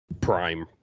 prime